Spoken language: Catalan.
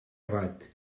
abat